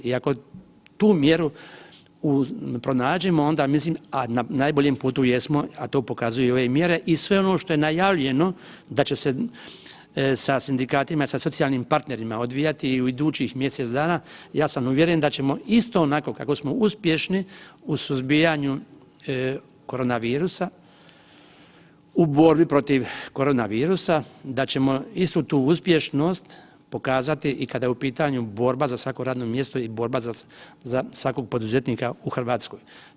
I ako tu mjeru pronađemo onda mislim, a na najboljem putu jesmo, a to pokazuju i ove mjere i sve ono što najavljeno da će se sa sindikatima i sa socijalnim partnerima odvijati i u idućih mjesec dana, ja sam uvjeren da ćemo isto onako kako smo uspješni u suzbijanju korona virusa u borbi protiv korona virusa da ćemo istu tu uspješnost pokazati i kada je u pitanju borba za svako radno mjesto i borba za svakog poduzetnika u Hrvatskoj.